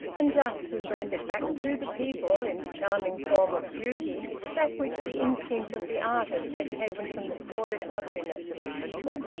and thus was rendered back to the people in the charming form of beauty that which the instinct of the artist had taken from the sordid ugliness of the people.